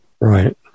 Right